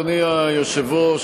אדוני היושב-ראש,